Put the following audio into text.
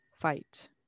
fight